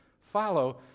follow